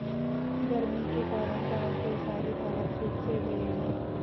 गर्मी के कारण गांव के सारे तालाब सुख से गए हैं